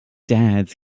dad’s